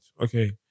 okay